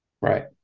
Right